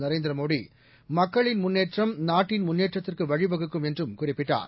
நரேந்திர மோடி மக்களின் முன்னேற்றம் நாட்டின் முன்னேற்றத்திற்கு வழிவகுக்கும் என்றும் குறிப்பிட்டார்